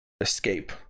escape